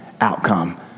outcome